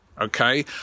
okay